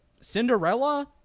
Cinderella